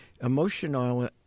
Emotional